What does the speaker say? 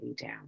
down